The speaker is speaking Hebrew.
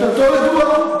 עמדתו ידועה.